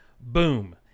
Boom